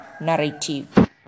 narrative